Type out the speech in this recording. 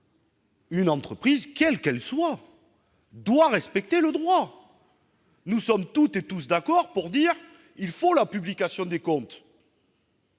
Une entreprise, quelle qu'elle soit, doit respecter le droit ! Nous sommes tous d'accord pour dire qu'il faut que les comptes